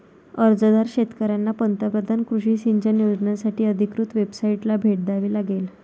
अर्जदार शेतकऱ्यांना पंतप्रधान कृषी सिंचन योजनासाठी अधिकृत वेबसाइटला भेट द्यावी लागेल